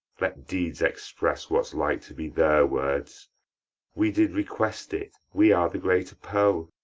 let deeds express what's like to be their words we did request it we are the greater poll,